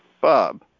Bob